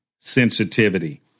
sensitivity